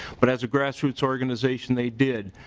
but as a grassroots organization they did.